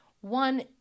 one